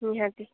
ନିହାତି